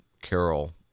carol